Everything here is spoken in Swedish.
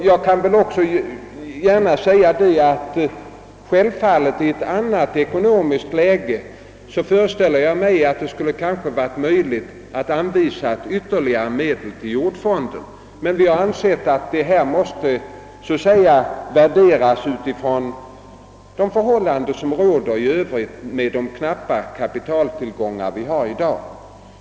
Jag skall också gärna erkänna att jag föreställer mig att det i ett annat ekonomiskt läge skulle ha varit möjligt att anvisa ytterligare medel till jordfonden. Vi kan inte bortse från de förhållanden som råder i dag med knappa kapitaltillgångar.